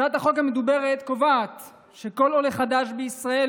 הצעת החוק המדוברת קובעת שכל עולה חדש בישראל